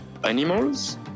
animals